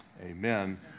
amen